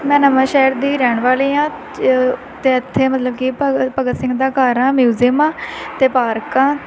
ਮੈਂ ਨਵਾਂ ਸ਼ਹਿਰ ਦੀ ਰਹਿਣ ਵਾਲੀ ਹਾਂ ਚ ਅਤੇ ਇੱਥੇ ਮਤਲਬ ਕਿ ਭਗਤ ਭਗਤ ਸਿੰਘ ਦਾ ਘਰ ਆ ਮਿਊਜ਼ੀਅਮ ਆ ਅਤੇ ਪਾਰਕ ਆ